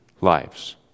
lives